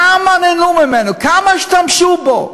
כמה נהנו ממנו, כמה השתמשו בו,